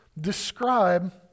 describe